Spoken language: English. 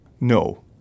No